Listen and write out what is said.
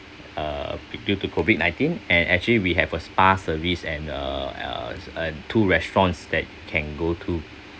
uh due to COVID nineteen and actually we have a spa service and uh uh uh two restaurants that can go